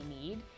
need